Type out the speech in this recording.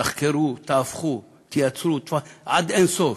תחקרו, תהפכו, תייצרו, עד אין-סוף.